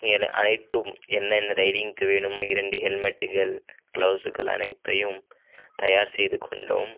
என் அனைத்தும் என்னென்ன ரைடிங்க்கு வேணும் இரண்டு ஹெல்மெட்டுகள் க்ளவ்ஸுகள் அனைத்தையும் தயார் செய்து கொண்டோம்